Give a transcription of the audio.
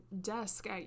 desk